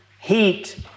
heat